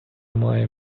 має